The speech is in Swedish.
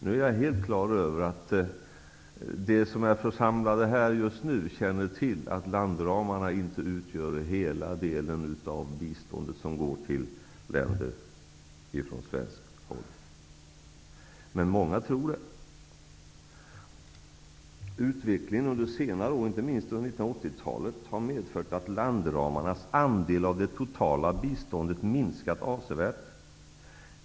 Nu är jag helt klar över att de som är församlade här just nu känner till att landramarna inte utgör hela det bistånd som Sverige ger till enskilda länder, men många tror det. Utvecklingen under senare tid, inte minst under 1980-talet, har medfört att landramarnas andel av det totala biståndet minskat avsevärt.